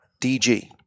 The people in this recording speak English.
DG